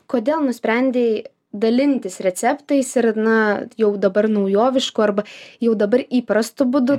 kodėl nusprendei dalintis receptais ir na jau dabar naujovišku arba jau dabar įprastu būdu